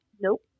Nope